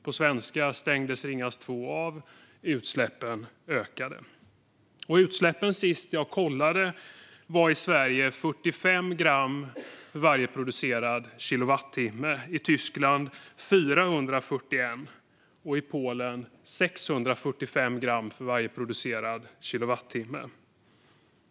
På svenska betyder det att Ringhals 2 stängdes av och att utsläppen ökade. Senast jag kollade utsläppen var de 45 gram för varje producerad kilowattimme i Sverige, i Tyskland 441 gram och i Polen 645 gram för varje producerad kilowattimme.